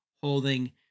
holding